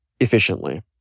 efficiently